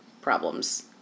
problems